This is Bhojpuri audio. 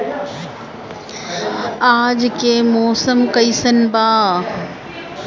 आज के मौसम कइसन बा?